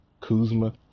Kuzma